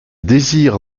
désir